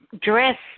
dress